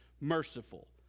merciful